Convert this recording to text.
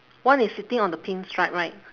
one is sitting on the pink stripe right